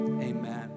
Amen